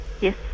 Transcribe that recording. yes